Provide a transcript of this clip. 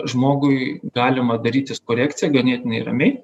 žmogui galima darytis korekciją ganėtinai ramiai